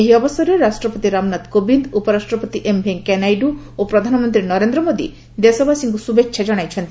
ଏହି ଅବସରରେ ରାଷ୍ଟ୍ରପତି ରାମନାଥ କୋବିନ୍ଦ ଉପରାଷ୍ଟ୍ରପତି ଏମ୍ ଭେଙ୍କିୟାନାଇଡ଼ୁ ଓ ପ୍ରଧାନମନ୍ତ୍ରୀ ନରେନ୍ଦ୍ର ମୋଦୀ ଦେଶବାସୀଙ୍କୁ ଶୁଭେଚ୍ଛା ଜଣାଇଛନ୍ତି